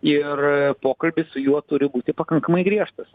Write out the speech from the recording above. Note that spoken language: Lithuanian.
ir pokalbis su juo turi būti pakankamai griežtas